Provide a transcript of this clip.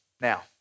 Now